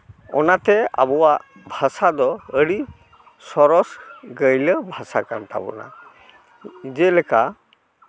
ᱚᱱᱟᱛᱮ ᱟᱵᱚᱣᱟᱜ ᱵᱷᱟᱥᱟ ᱫᱚ ᱟᱹᱰᱤ ᱥᱚᱨᱚᱥ ᱜᱟᱹᱭᱞᱟᱹ ᱵᱷᱟᱥᱟ ᱠᱟᱱ ᱛᱟᱵᱚᱱᱟ ᱡᱮᱞᱮᱠᱟ